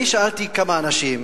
אני שאלתי כמה אנשים,